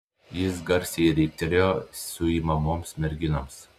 jis garsiai riktelėjo suimamoms merginoms